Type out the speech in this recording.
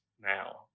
now